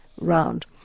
round